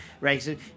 Right